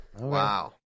Wow